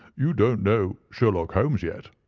you don't know sherlock holmes yet,